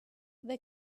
they